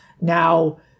Now